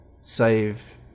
save